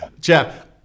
Jeff